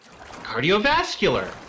Cardiovascular